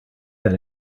that